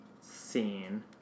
scene